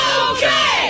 okay